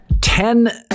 Ten